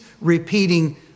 repeating